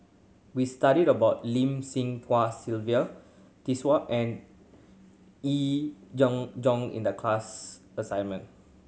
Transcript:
we studied about Lim Sylvia and Yee John Jong in the class assignment